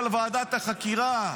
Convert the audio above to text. ולכן אלה הנושאים של ועדת החקירה,